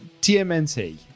TMNT